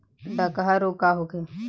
डकहा रोग का होखे?